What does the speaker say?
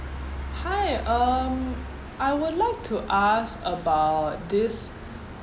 hi um I would like to ask about this